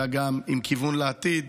אלא גם עם כיוון לעתיד,